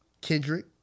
Kendrick